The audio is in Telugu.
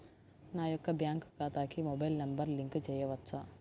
నా యొక్క బ్యాంక్ ఖాతాకి మొబైల్ నంబర్ లింక్ చేయవచ్చా?